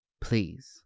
please